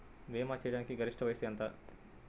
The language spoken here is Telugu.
భీమా చేయాటానికి గరిష్ట వయస్సు ఎంత?